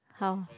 how